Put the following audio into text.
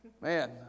Man